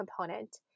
component